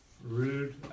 rude